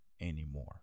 anymore